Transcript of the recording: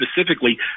specifically